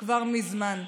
כבר מזמן.